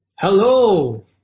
Hello